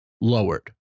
lowered